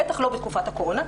בטח לא בתקופת הקורונה,